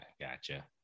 gotcha